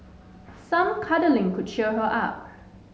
some cuddling could cheer her up